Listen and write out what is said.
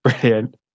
brilliant